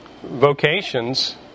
vocations